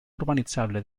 urbanitzable